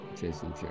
Jason